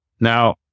Now